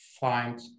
find